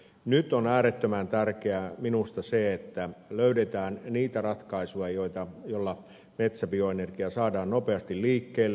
nyt on äärettömän tärkeää minusta se että löydetään niitä ratkaisuja joilla metsäbioenergia saadaan nopeasti liikkeelle